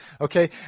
okay